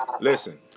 Listen